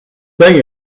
thing